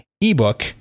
ebook